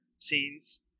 scenes